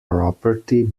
property